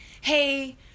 hey